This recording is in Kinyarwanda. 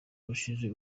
urashize